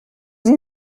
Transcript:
این